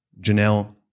Janelle